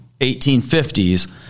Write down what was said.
1850s